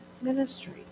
ministry